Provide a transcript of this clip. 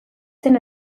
zen